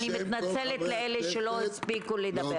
אני מתנצלת בפני אלה שלא הספיקו לדבר.